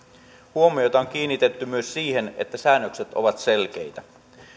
huomiota on kiinnitetty myös siihen että säännökset ovat selkeitä